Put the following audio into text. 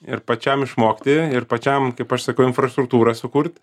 ir pačiam išmokti ir pačiam kaip aš sakau infrastruktūrą sukurt